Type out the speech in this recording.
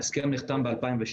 ההסכם נחתם ב-2016